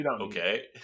okay